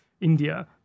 India